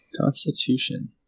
Constitution